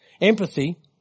Empathy